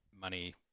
money